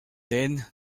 then